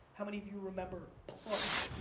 how many of you remember plurk,